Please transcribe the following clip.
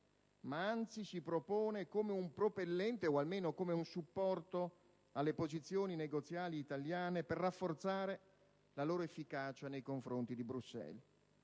ma anzi, si propone come un propellente o almeno come un supporto alle posizioni negoziali italiane, per rafforzare la loro efficacia nei confronti di Bruxelles.